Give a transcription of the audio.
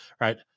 right